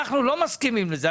אנחנו לא מסכימים לזה.